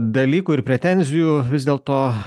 dalykų ir pretenzijų vis dėl to